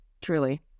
truly